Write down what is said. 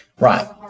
Right